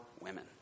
women